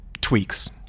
tweaks